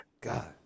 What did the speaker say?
God